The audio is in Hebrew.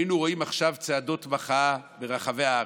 היינו רואים עכשיו צעדות מחאה ברחבי הארץ,